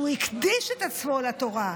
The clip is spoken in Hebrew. שהוא הקדיש את עצמו לתורה,